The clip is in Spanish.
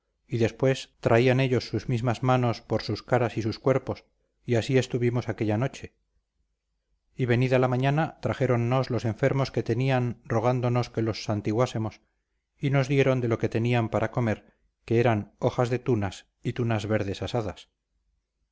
y después traían ellos sus mismas manos por su caras y sus cuerpos y así estuvimos aquella noche y venida la mañana trajéronnos los enfermos que tenían rogándonos que los santiguásemos y nos dieron de lo que tenían para comer que eran hojas de tunas y tunas verdes asadas